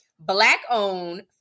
Black-owned